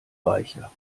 reicher